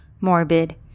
morbid